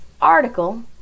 article